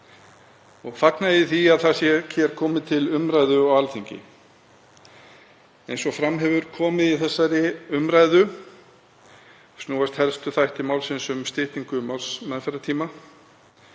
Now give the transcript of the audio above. og fagna ég því að það sé komið til umræðu hér á Alþingi. Eins og fram hefur komið í þessari umræðu snúast helstu þættir málsins um styttingu málsmeðferðartíma,